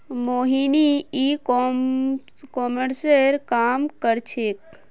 मोहिनी ई कॉमर्सेर काम कर छेक्